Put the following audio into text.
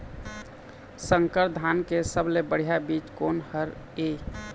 संकर धान के सबले बढ़िया बीज कोन हर ये?